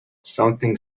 something